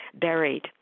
buried